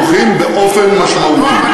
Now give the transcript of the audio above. הנתונים נמוכים באופן משמעותי.